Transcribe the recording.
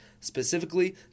specifically